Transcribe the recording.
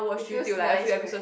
it feels nice right